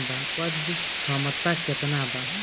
उपज क्षमता केतना वा?